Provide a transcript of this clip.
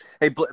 Hey